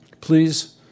Please